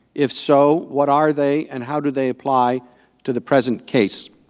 if so, what are they? and how do they apply to the present case?